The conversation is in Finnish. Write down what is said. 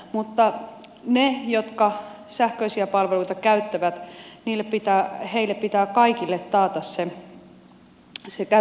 mutta kaikille niille jotka sähköisiä palveluita käyttävät pitää taata se käyttömahdollisuus